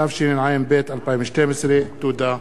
התשע"ב 2012. תודה.